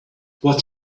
what